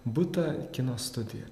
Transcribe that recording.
butą kino studija